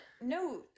no